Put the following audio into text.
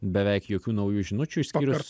beveik jokių naujų žinučių išskyrus